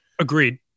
Agreed